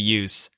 use